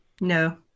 No